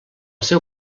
seu